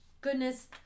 goodness